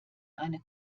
eine